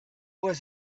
was